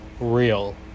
Real